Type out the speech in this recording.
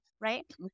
right